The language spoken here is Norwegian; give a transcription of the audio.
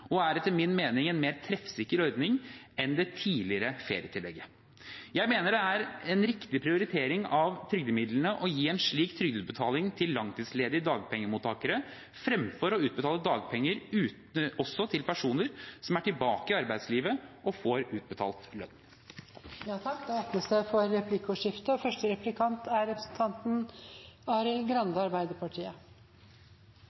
og er etter min mening en mer treffsikker ordning enn det tidligere ferietillegget. Jeg mener det er en riktig prioritering av trygdemidlene å gi en slik trygdeutbetaling til langtidsledige dagpengemottakere fremfor å utbetale dagpenger også til personer som er tilbake i arbeidslivet og får utbetalt lønn.